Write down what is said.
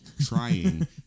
trying